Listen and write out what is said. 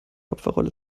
opferrolle